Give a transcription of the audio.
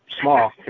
small